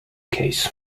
case